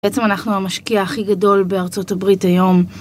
בעצם אנחנו המשקיע הכי גדול בארצות הברית היום.